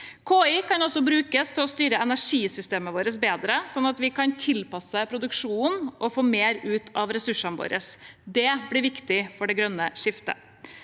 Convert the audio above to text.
KI kan også brukes til å styre energisystemet vårt bedre, sånn at vi kan tilpasse produksjonen og få mer ut av ressursene våre. Det blir viktig for det grønne skiftet.